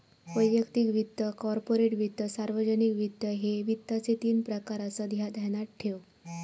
वैयक्तिक वित्त, कॉर्पोरेट वित्त, सार्वजनिक वित्त, ह्ये वित्ताचे तीन प्रकार आसत, ह्या ध्यानात ठेव